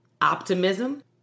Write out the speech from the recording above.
optimism